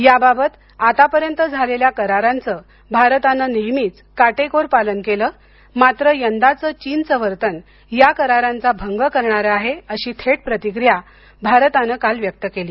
याबात आतापर्यंत झालेल्या करारांचं भारतानं नेहमीच काटेकोर पालन केलं मात्र यंदाचं चीनचं वर्तन या करारांचा भंग करणारं आहे अशी थेट प्रतिक्रीया भारतनं काल व्यक्त केली